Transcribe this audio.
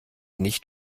nicht